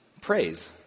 praise